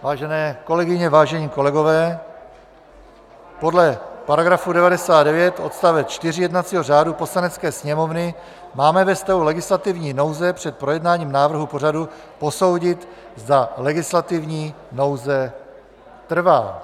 Vážené kolegyně, vážení kolegové, podle § 99 odst. 4 jednacího řádu Poslanecké sněmovny máme ve stavu legislativní nouze před projednáním návrhu pořadu posoudit, zda legislativní nouze trvá.